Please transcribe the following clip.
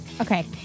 okay